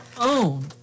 own